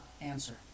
answer